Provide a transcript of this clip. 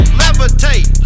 levitate